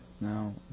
now